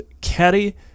caddy